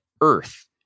Earth